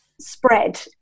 spread